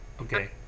Okay